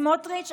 סמוטריץ',